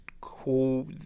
cool